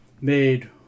made